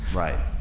right?